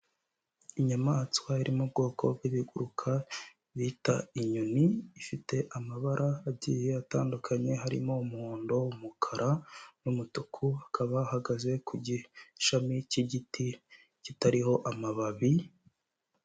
Inyamaswa iri mu bwoko bw'ibiguruka bita inyoni, ifite amabara agiye atandukanye, harimo umuhondo, umukara n'umutuku, ikaba ihahagaze ku gishami k'igiti kitariho amababi.